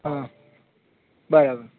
હા બરાબર